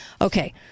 Okay